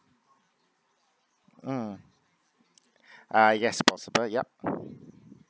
mm uh yes possible yup